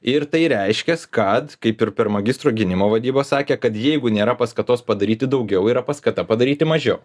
ir tai reiškias kad kaip ir per magistro gynimo vadybą sakė kad jeigu nėra paskatos padaryti daugiau yra paskata padaryti mažiau